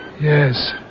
Yes